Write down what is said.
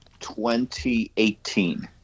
2018